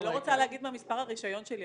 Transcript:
אני לא רוצה להגיד מה מספר הרישיון שלי,